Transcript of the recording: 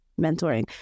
Mentoring